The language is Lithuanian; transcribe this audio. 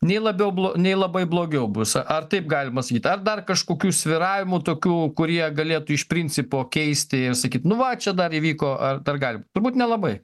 nei labiau blo nei labai blogiau bus ar taip galima sakyt ar dar kažkokių svyravimų tokių kurie galėtų iš principo keisti ir sakyt nu va čia dar įvyko ar dar gali turbūt nelabai